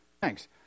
Thanks